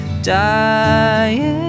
dying